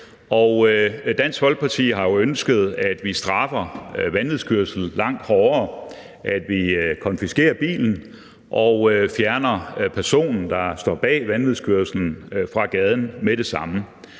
Dansk Folkeparti har jo ønsket, at vi straffer vanvidskørsel langt hårdere; at vi konfiskerer bilen og fjerner personen, der står bag vanvidskørslen, fra gaden med det samme.